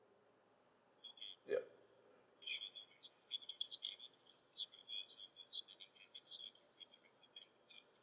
yup